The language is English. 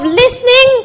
listening